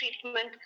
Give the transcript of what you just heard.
treatment